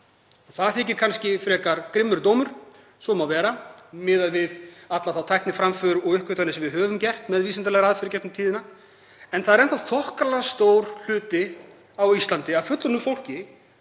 Það þykir kannski frekar grimmur dómur, það má vera, miðað við allar þær tækniframfarir og uppgötvanir sem við höfum gert með vísindalegri aðferð í gegnum tíðina. En það er enn þá þokkalega stór hluti á Íslandi af fullorðnu fólki,